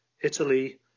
Italy